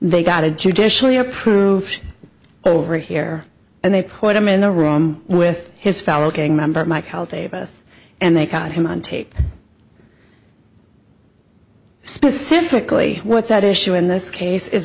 they got a judicially approved over here and they put him in the room with his fellow gang member michael davis and they got him on tape specifically what's at issue in this case is